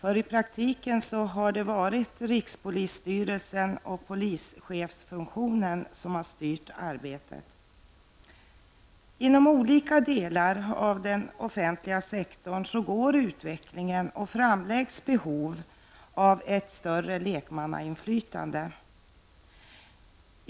I praktiken har det varit rikspolisstyrelsen och polischefsfunktionen som har styrt arbetet. Inom olika delar av den offentliga sektorn sker en utveckling och framläggs behov av ett större lekmannainflytande.